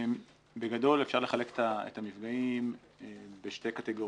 בגדול, אפשר לחלק את המפגעים בשתי קטגוריות.